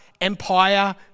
empire